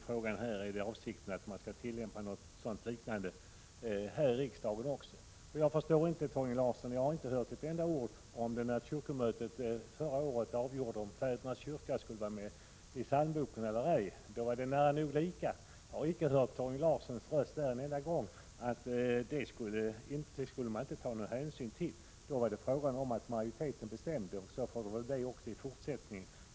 Är det meningen att vi skall göra på samma sätt också här i riksdagen? Jag har inte hört Torgny Larsson säga ett enda ord om det beslut på kyrkomötet förra året som gällde om ”Fädernas kyrka” skulle vara med i psalmboken eller ej. Skillnaden i antalet röster mellan ja och nej var mindre än skillnaden i den här frågan. Då var det fråga om att majoritetens utslag gällde, och så bör det vara även i fortsättningen.